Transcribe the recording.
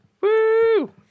Woo